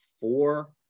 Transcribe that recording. four